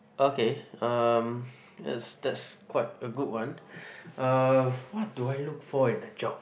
okay um that's that's quite a good one uh what do I look for in a job